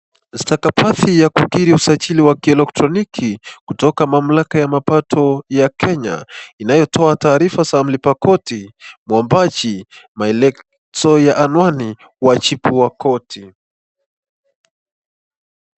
Mustakabadhi ya kukiri usajili ya kielectroniki kutoka mamlaka ya mapato ya Kenya inayotoa taarifa za mlipa Kodi mwombaji, maelekezo ya anwani majibu ya Kodi.